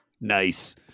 Nice